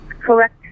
Correct